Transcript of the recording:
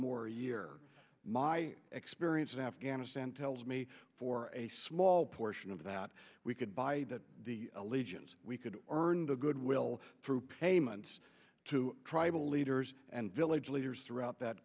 more a year my experience in afghanistan tells me for a small portion of that we could buy the allegiance we could earn the goodwill through payments to tribal leaders and village leaders throughout that